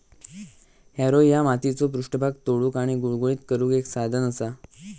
Harrow ह्या मातीचो पृष्ठभाग तोडुक आणि गुळगुळीत करुक एक साधन असा